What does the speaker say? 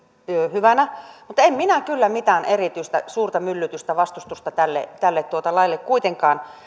hyvänä niin en minä kyllä mitään erityistä suurta myllytystä vastustusta tälle tälle laille kuitenkaan